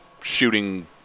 shooting